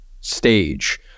stage